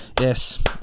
Yes